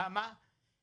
למה הם התקפלו?